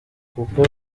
kuko